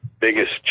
biggest